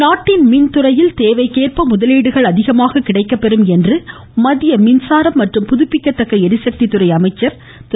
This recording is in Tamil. சிங் நாட்டின் மின்துறைகளில் தேவைக்கேற்ப முதலீடுகள் அதிகமாக கிடைக்கப்பெறும் என்று மத்திய மின்சாரம் மற்றும் புதுப்பிக்கத்தக்க ளிசக்தி துறை அமைச்சர் திரு